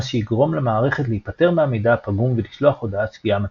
מה שיגרום למערכת להיפטר מהמידע הפגום ולשלוח הודעת שגיאה מתאימה.